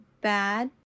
bad